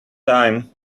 time